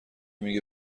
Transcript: میگه